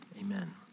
amen